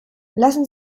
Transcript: lassen